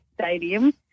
stadium